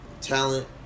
talent